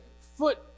foot